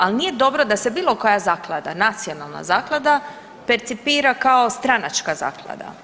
Ali nije dobro da se bilo koja zaklada nacionalna zaklada percipira kao stranačka zaklada.